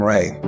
Ray